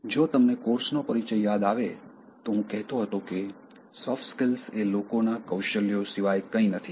જો તમને કોર્સનો પરિચય યાદ આવે તો હું કહેતો હતો કે સોફ્ટ સ્કીલ્સ એ લોકોના કૌશલ્યો સિવાય કંઈ નથી